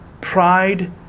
pride